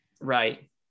right